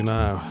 now